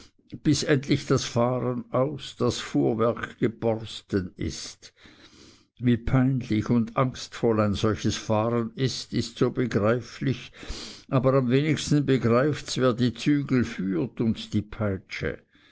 bis endlich das fahren aus das fuhrwerk geborsten ist wie peinlich und angstvoll ein solches fahren ist ist so begreiflich aber am wenigsten begreifts wer die zügel führt und die peitsche